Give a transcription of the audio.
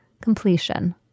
completion